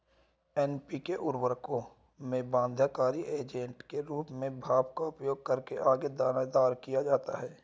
NPK उर्वरकों में बाध्यकारी एजेंट के रूप में भाप का उपयोग करके आगे दानेदार किया जाता है